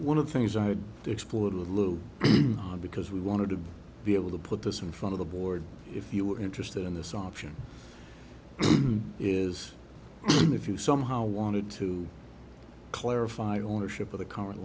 one of the things i explored a little hard because we wanted to be able to put this in front of the board if you were interested in this option is if you somehow wanted to clarify ownership of the c